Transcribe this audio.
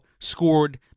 scored